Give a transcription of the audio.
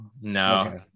no